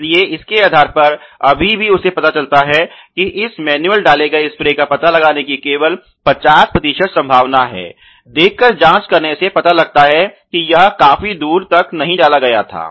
इसलिए इसके आधार पर अभी भी उसे पता चलता है कि इस मैनुअल डाले गए स्प्रे का पता लगाने की केवल 50 प्रतिशत संभावना हैदेखकर जांच करने से पता लगता है कि यह काफी दूर नहीं डाला गया था